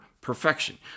perfection